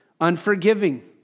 unforgiving